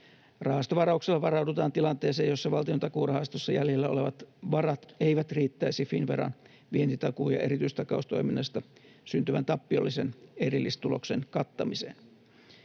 Rahastovarauksella varaudutaan tilanteeseen, jossa Valtiontakuurahastossa jäljellä olevat varat eivät riittäisi Finnveran vientitakuu- ja erityistakaustoiminnasta syntyvän tappiollisen erillistuloksen kattamiseen.